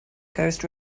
coast